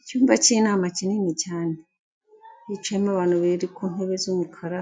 Icyumba cy'inama kinini cyane, hicayemo abantu bari ku ntebe z'umukara